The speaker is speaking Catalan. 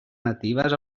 natives